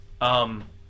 Um-